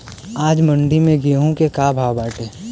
आज मंडी में गेहूँ के का भाव बाटे?